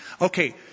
Okay